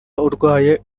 urwaye